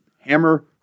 hammer